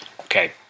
Okay